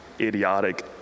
idiotic